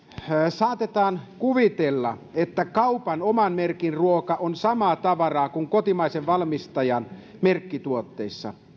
saatetaan kuvitella että kaupan oman merkin ruoka on samaa tavaraa kuin kotimaisen valmistajan merkkituotteissa